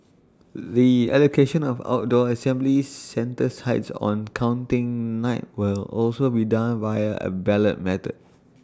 the allocation of outdoor assembly centre sites on counting night will also be done via A ballot method